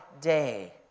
day